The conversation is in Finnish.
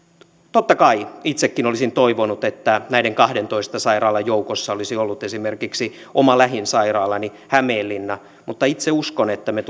totta kai itsekin olisin toivonut että näiden kahdentoista sairaalan joukossa olisi ollut esimerkiksi oma lähin sairaalani hämeenlinna mutta itse uskon että me